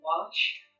watch